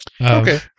Okay